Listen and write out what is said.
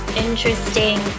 Interesting